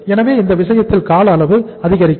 எனவே இந்த விஷயத்தில் கால அளவு அதிகரிக்கும்